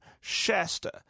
Shasta